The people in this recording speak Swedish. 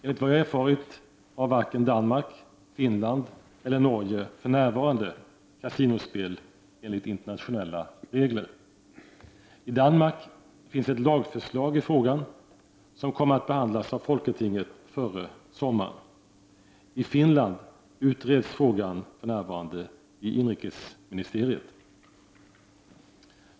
Enligt vad jag erfarit har varken Danmark, Finland eller Norge för närvarande kasinospel enligt internationella regler. I Danmark finns ett lagförslag i frågan som kommer att behandlas av folketinget före sommaren. I Finland utreds frågan för närvarande i inrikesministeriet.